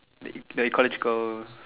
the ecological